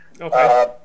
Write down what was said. Okay